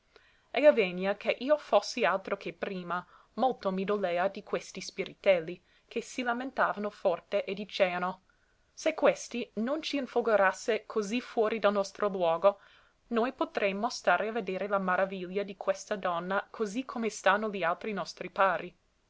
e avvegna che io fossi altro che prima molto mi dolea di questi spiritelli che si lamentavano forte e diceano se questi non ci infolgorasse così fuori del nostro luogo noi potremmo stare a vedere la maraviglia di questa donna così come stanno li altri nostri pari